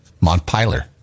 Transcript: Montpelier